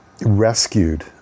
rescued